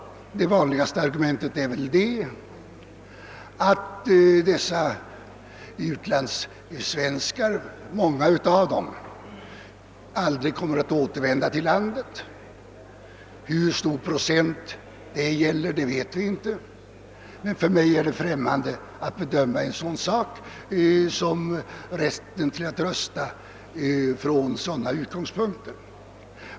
Det vanligaste argumentet är väl att många av utlandssvenskarna aldrig kommer att återvända till Sverige. För hur stor procent av utlandssvenskarna detta gäller vet man inte men för mig är det främmande att bedöma en sådan sak som rätten att rösta från sådana utgångspunkter.